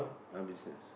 my business